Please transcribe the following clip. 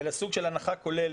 אני רואה סוג של הנחה כוללת